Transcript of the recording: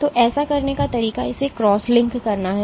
तो ऐसा करने का तरीका इसे क्रॉसलिंक करना है